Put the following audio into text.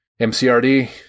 MCRD